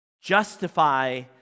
Justify